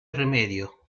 remedio